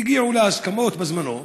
והגיעו להסכמות בזמנו,